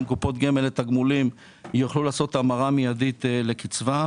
קופות גמל לתגמולים יוכלו לעשות את ההמרה המיידית לקצבה,